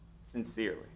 sincerely